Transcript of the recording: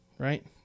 Right